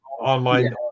online